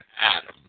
Adam